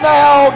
now